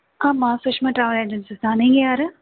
ஆமாம் Sushma travel agencies தான் நீங்கள் யார்